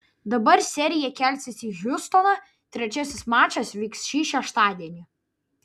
dabar serija kelsis į hjustoną trečiasis mačas vyks šį šeštadienį